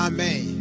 Amen